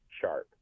Sharp